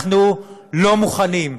אנחנו לא מוכנים,